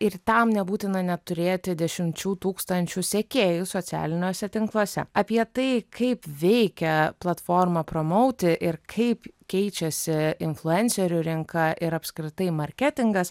ir tam nebūtina net turėti dešimčių tūkstančių sekėjų socialiniuose tinkluose apie tai kaip veikia platforma promauti ir kaip keičiasi influencerių rinka ir apskritai marketingas